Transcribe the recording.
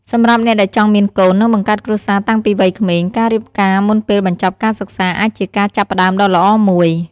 សម្រាប់អ្នកដែលចង់មានកូន និងបង្កើតគ្រួសារតាំងពីវ័យក្មេង ការរៀបការមុនពេលបញ្ចប់ការសិក្សាអាចជាការចាប់ផ្តើមដ៏ល្អមួយ។